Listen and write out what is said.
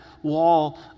wall